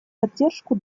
поддержку